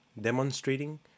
demonstrating